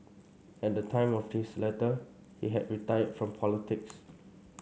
at the time of his letter he had retired from politics